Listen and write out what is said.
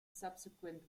subsequent